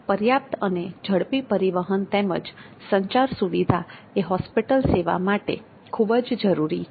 પર્યાપ્ત અને ઝડપી પરિવહન તેમજ સંચાર સુવિધા એ હોસ્પિટલ સેવા માટે ખૂબ જ જરૂરી છે